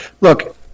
look –